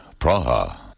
Praha